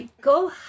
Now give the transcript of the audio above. Go